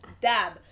Dab